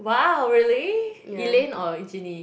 !wow! really Elaine or Genie